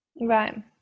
Right